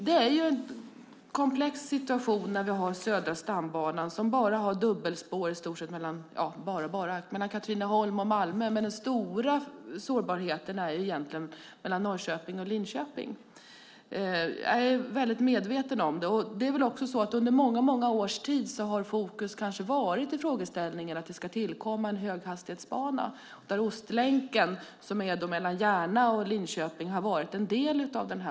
Det är en komplex situation att Södra stambanan har dubbelspår bara mellan Katrineholm och Malmö. Men den stora sårbarheten är egentligen sträckan mellan Norrköping och Linköping. Jag är väldigt medveten om det. Under många års tid har fokus varit på att det ska byggas en höghastighetsbana, där Ostlänken mellan Järna och Linköping har varit en del.